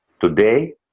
today